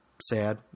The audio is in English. sad